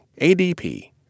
ADP